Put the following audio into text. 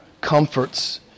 comforts